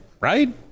Right